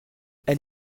elle